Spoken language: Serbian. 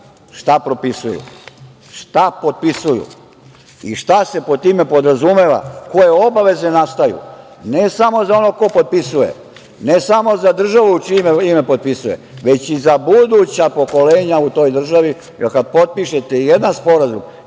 šta propisuju, šta potpisuju i šta se pod time podrazumeva, koje obaveze nastaju, ne samo za onog ko potpisuje, ne samo za državu u čije ime potpisuje, već i za buduća pokolenja u toj državi, jer kad potpišete jedan sporazum,